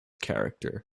character